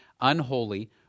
unholy